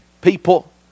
people